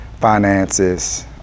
finances